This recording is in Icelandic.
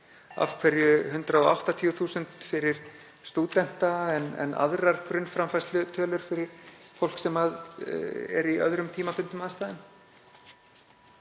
af hverju 180.000 fyrir stúdenta en aðrar grunnframfærslutölur fyrir fólk sem er í öðrum tímabundnum aðstæðum?